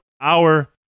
hour